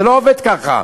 זה לא עובד ככה.